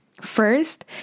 first